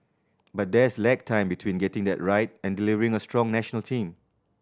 but there's lag time between getting that right and delivering a strong national team